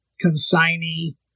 consignee